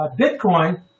Bitcoin